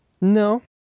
No